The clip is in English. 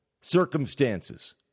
circumstances